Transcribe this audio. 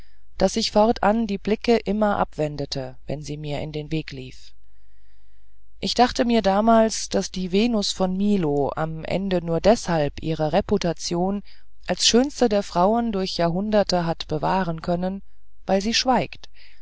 daß ich fortan die blicke immer abwendete wenn sie mir in den weg lief ich dachte mir damals daß die venus von milo am ende nur deshalb ihre reputation als schönste der frauen durch jahrhunderte hat bewahren können weil sie schweigt